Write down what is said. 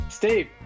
Steve